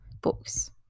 books